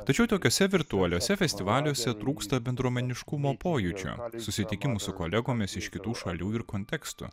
tačiau tokiuose virtualiuose festivaliuose trūksta bendruomeniškumo pojūčio susitikimų su kolegomis iš kitų šalių ir kontekstų